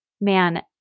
man